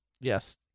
Yes